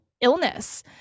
illness